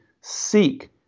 seek